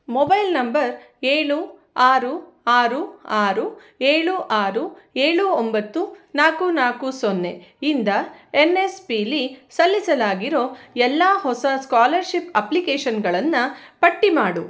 mobile number ಏಳು ಆರು ಆರು ಆರು ಏಳು ಆರು ಏಳು ಒಂಬತ್ತು ನಾಲ್ಕು ನಾಲ್ಕು ಸೊನ್ನೆ ಇಂದ ಎನ್ ಎಸ್ ಪಿಲಿ ಸಲ್ಲಿಸಲಾಗಿರೋ ಎಲ್ಲ ಹೊಸ ಸ್ಕಾಲರ್ಷಿಪ್ ಅಪ್ಲಿಕೇಷನ್ಗಳನ್ನು ಪಟ್ಟಿ ಮಾಡು